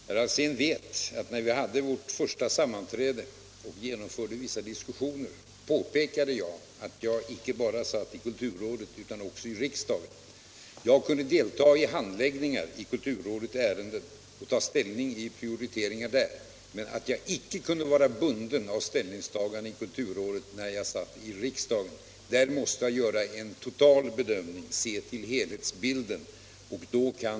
Herr Alsén vet att när vi hade vårt första sammanträde och förde vissa diskussioner där påpekade jag att jag satt icke bara i kulturrådet utan också i riksdagen, att jag kunde delta i handläggningen av ärenden i kulturrådet och ta ställning till prioriteringar där men att jag icke kunde vara bunden av mina ställningstaganden i kulturrådet när jag satt i riksdagen. Där måste jag göra en totalbedömning och se till helhetsbilden.